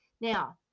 now